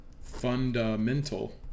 Fundamental